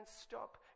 stop